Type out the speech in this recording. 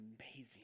amazing